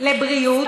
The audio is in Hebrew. על בריאות,